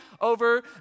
over